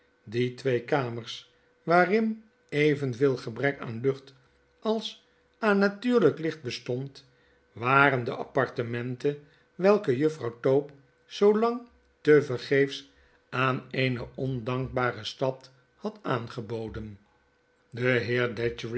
die twee kamers waarin evenveel gebrek aan lucht als aan natuurlp licht bestond waren de appartementen welke juffrouw tope zoolang tevergeefs aan eene ondankbare stad had aangeboden